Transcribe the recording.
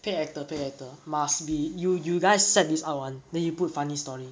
paid actor paid actor must be you you guys set this up [one] then you put funny story